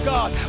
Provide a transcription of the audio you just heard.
God